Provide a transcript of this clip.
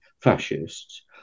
fascists